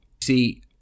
see